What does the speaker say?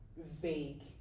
vague